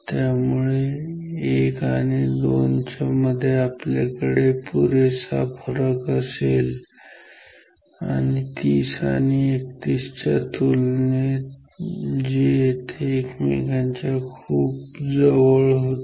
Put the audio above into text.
त्यामुळे 1 आणि 2 दोन च्या मध्ये आपल्याकडे पुरेसा फरक असेल 30 आणि 31 च्या तुलनेत जे येथे एकमेकांच्या खूप जवळ होते